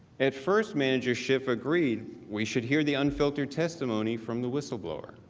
at first manager schiff agreed. we should hear the unfiltered testimony from the whistleblower.